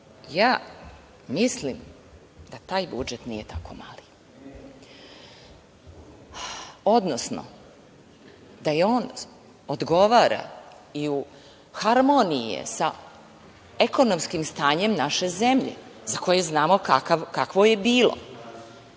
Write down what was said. mislim da taj budžet nije tako mali, odnosno da on odgovara i u harmoniji je sa ekonomskim stanjem naše zemlje, za koji znamo kakvo je bilo